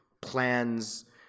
plans